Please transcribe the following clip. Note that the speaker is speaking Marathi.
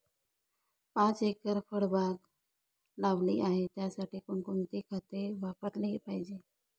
पाच एकर फळबाग लावली आहे, त्यासाठी कोणकोणती खते वापरली पाहिजे?